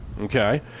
okay